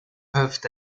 peuvent